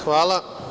Hvala.